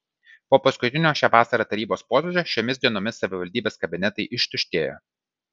po paskutinio šią vasarą tarybos posėdžio šiomis dienomis savivaldybės kabinetai ištuštėjo